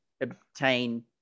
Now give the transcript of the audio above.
obtain